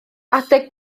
adeg